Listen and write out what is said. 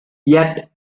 yet